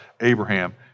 Abraham